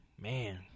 man